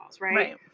Right